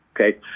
okay